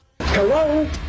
Hello